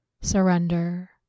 surrender